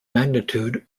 magnitude